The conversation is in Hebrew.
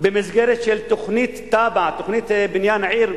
במסגרת של תב"ע, תוכנית בניין עיר,